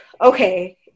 okay